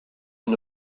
une